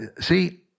See